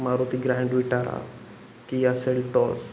Maruti grand Vitara Kia Seltos